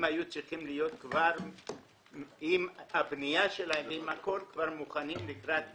הם היו צריכים עם הבנייה שלהם כבר להיות מוכנים לקראת עיוורים,